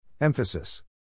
Emphasis